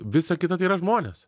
visa kita tai yra žmonės